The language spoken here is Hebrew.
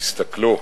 תסתכלו,